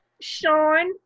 Sean